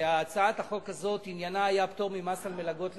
עניינה של הצעת החוק היה פטור ממס על מלגות לסטודנטים.